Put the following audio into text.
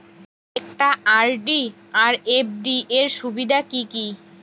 একটা আর.ডি আর এফ.ডি এর সুবিধা কি কি?